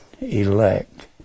elect